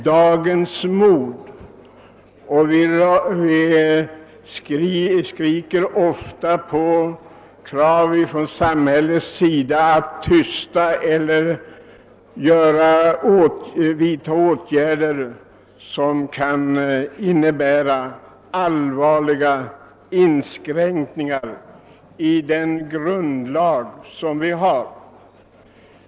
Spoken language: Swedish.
Det reses ofta krav på att samhället skall vidta olika åtgärder, som kan innebära allvarliga inskränkningar i «gällande grundlag.